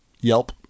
Yelp